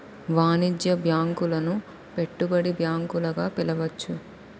వాణిజ్య బ్యాంకులను పెట్టుబడి బ్యాంకులు గా పిలవచ్చు